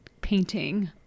painting